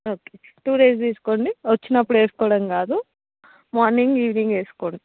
okay two days తీసుకోండి వచ్చినప్పుడు వేసుకోవడం కాదు మార్నింగ్ ఈవెనింగ్ వేసుకోండి